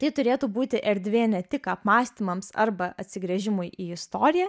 tai turėtų būti erdvė ne tik apmąstymams arba atsigręžimui į istoriją